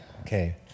Okay